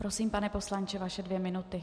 Prosím, pane poslanče, vaše dvě minuty.